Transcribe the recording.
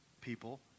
people